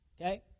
Okay